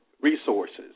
resources